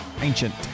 Ancient